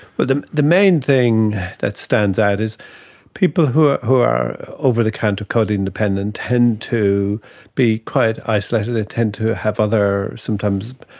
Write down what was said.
but the the main thing that stands out is people who are who are over-the-counter codeine dependent tend to be quite isolated, they tend to have other symptoms,